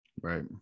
Right